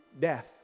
death